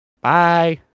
Bye